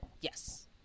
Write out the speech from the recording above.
Yes